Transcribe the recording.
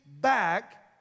back